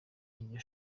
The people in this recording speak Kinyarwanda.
iryo